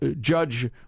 judge